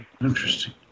Interesting